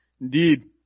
Indeed